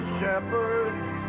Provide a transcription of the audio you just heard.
shepherds